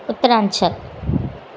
Uttaranchal